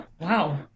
Wow